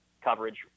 coverage